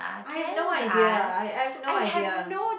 I have no idea I have no idea